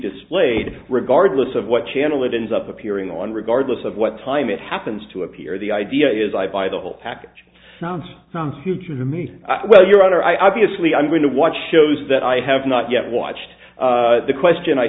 displayed regardless of what channel it is up appearing on regardless of what time it happens to appear the idea is i buy the whole package sounds some future to me well your honor i obviously i'm going to watch shows that i have not yet watched the question i